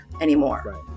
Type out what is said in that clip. anymore